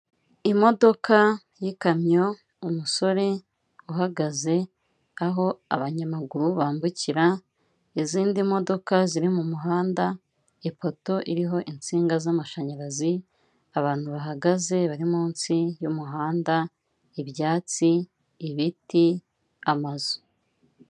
Imodoka y'ikamyo umusore uhagaze aho abanyamaguru bambukira izindi modoka ziri mu muhanda ipoto iriho insinga z'amashanyarazi abantu bahagaze bari munsi y'umuhanda ibyatsi ibiti amazu.